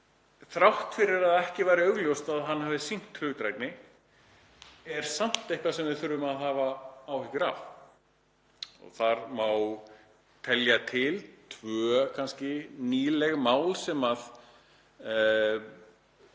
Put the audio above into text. þrátt fyrir að ekki sé augljóst að hann hafi sýnt hlutdrægni, það er samt eitthvað sem við þurfum að hafa áhyggjur af. Þar má telja til kannski tvö nýleg mál sem